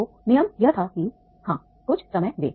तो नियम यह था कि हाँ कुछ समय दें